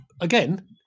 again